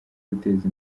guteza